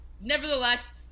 nevertheless